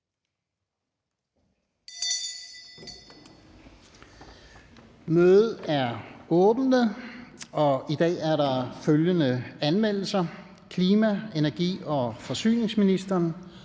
Mødet er åbnet. I dag er der følgende anmeldelser: Klima-, energi- og forsyningsministeren